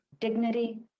Dignity